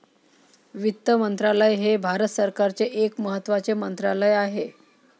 वित्त मंत्रालय हे भारत सरकारचे एक महत्त्वाचे मंत्रालय आहे